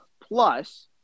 Plus